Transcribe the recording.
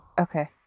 Okay